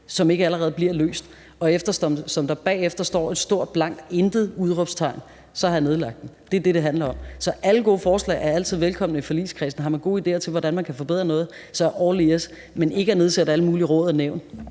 som ikke allerede bliver løst. Og eftersom der bagefter står et stort blankt intet – udråbstegn – så har jeg nedlagt den. Det er det, det handler om. Så alle gode forslag er altid velkomne i forligskredsen. Har man gode idéer til, hvordan man kan forbedre noget, så er jeg all ears. Men jeg er ikke villig til at nedsætte alle mulige råd og nævn.